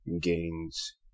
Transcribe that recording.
gains